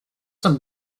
some